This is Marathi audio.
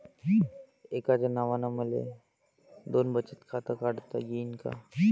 एकाच नावानं मले दोन बचत खातं काढता येईन का?